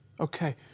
Okay